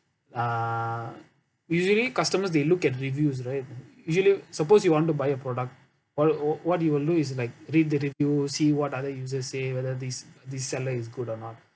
uh usually customers they look at reviews right usually suppose you want to buy a product all or what you will do is like read the review see what other users say whether this this seller is good or not